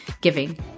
giving